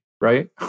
Right